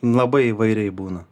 labai įvairiai būna